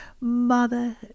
mother